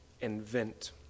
invent